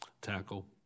tackle